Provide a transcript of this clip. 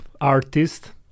artist